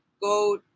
Go